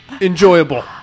enjoyable